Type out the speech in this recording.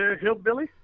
Hillbilly